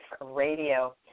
radio